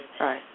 Right